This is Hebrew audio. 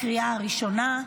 לקריאה הראשונה.